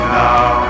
now